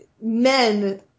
men